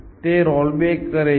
તે રોલબેક કરે છે